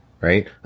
Right